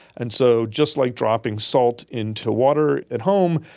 and so just like dropping salt into water at home,